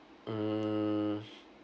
mm